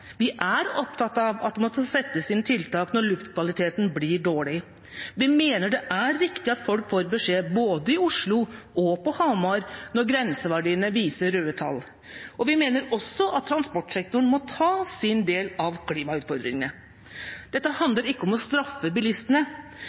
vi er opptatt av at det må settes inn tiltak når luftkvaliteten blir dårlig. Vi mener det er riktig at folk får beskjed, både i Oslo og på Hamar, når grenseverdiene viser røde tall, og vi mener også at transportsektoren må ta sin del av klimautfordringene. Dette handler ikke om å straffe bilistene,